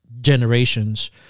generations